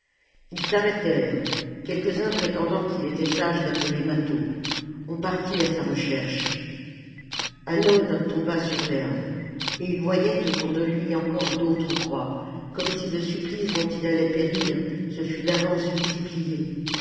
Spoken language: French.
ils s'arrêtèrent quelques-uns prétendant qu'il était sage d'appeler mâtho on partit à sa recherche hannon tomba sur fherbe et il voyait autour de lui encore d'autres croix comme si le supplice dont il allait périr se fût d'avance multiplié